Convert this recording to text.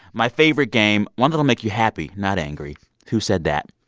my favorite game one that'll make you happy, not angry who said that?